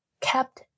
kept